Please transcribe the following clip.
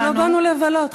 אבל לא באנו לבלות.